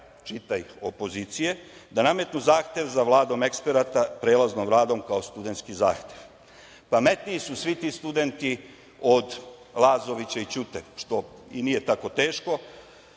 čitaj opozicije, da nametnu zahtev za Vladom eksperata, prelaznom Vladom kao studentski zahtev. Pametniji su svi ti studenti od Lazovića i Ćute, što i nije tako teško,